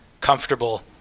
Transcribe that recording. comfortable